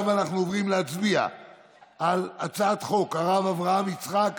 עכשיו אנחנו עוברים להצביע על הצעת חוק הרב אברהם יצחק